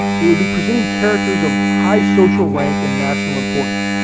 it would be presenting characters of high social rank and national importance.